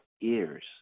ears